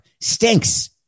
stinks